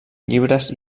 llibres